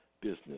business